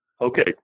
Okay